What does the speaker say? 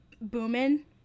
booming